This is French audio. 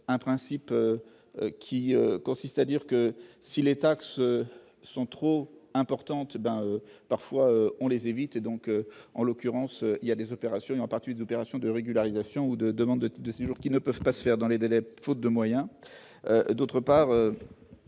un principe qui consiste à dire que si les taxes sont trop importantes, ben, parfois on les éviter, donc, en l'occurrence il y a des opérations à partir d'opération de régulariser. Ou de demandes de séjour qui ne peuvent pas se faire dans les délais, faute de moyens,